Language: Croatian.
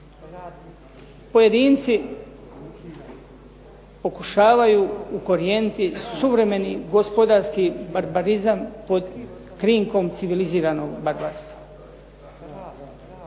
Pojedinci pokušavaju ukorijeniti suvremeni gospodarski barbarizam pod krinkom civiliziranog barbarstva.